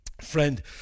friend